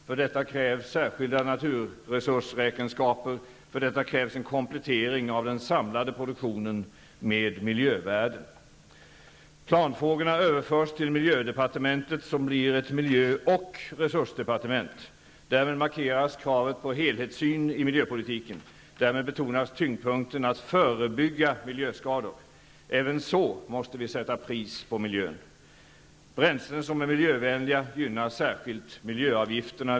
För detta krävs särskilda naturresursräkenskaper. För detta krävs en komplettering av den samlade produktionen med miljövärden. Planfrågorna överförs till miljödepartementet, som blir ett miljö och resursdepartement. Därmed markeras kravet på en helhetssyn i miljöpolitiken. Därmed betonas tyngdpunkten att förebygga miljöskador. Även så måste vi sätta pris på miljön. Bränslen som är miljövänliga gynnas särskilt.